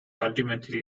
ultimately